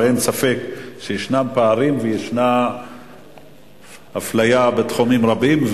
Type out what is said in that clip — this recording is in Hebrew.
ואין ספק שיש פערים ויש אפליה בתחומים רבים,